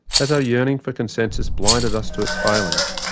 has our yearning for consensus blinded us to its failings,